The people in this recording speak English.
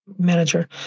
manager